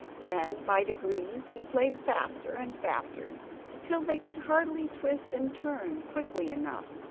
then by degrees he played faster and faster till they could hardly twist and turn quickly enough,